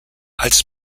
als